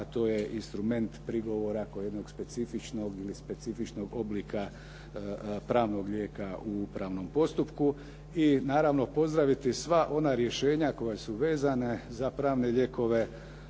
a to je instrument prigovora kao jednog specifičnog ili specifičnog oblika pravnog lijeka u upravnom postupku. I naravno pozdraviti sva ona rješenja koja su vezane za pravne lijekove